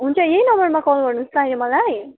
हुन्छ यही नम्बरमा कल गर्नुहोस् ल अहिले मलाई